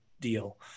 deal